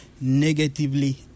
negatively